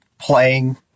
playing